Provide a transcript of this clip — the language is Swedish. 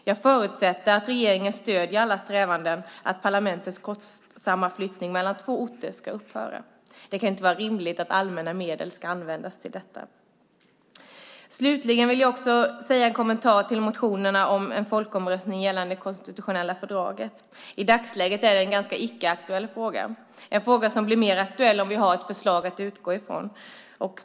Jag förutsätter att regeringen stöder alla strävanden att parlamentets kostsamma flyttning mellan två orter ska upphöra. Det kan inte vara rimligt att allmänna medel ska användas till detta. Slutligen vill jag också göra en kommentar till motionerna om en folkomröstning gällande det konstitutionella fördraget. I dagsläget är det en ganska icke-aktuell fråga. Det är en fråga som blir mer aktuell om vi har ett förslag att utgå ifrån.